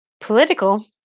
political